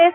S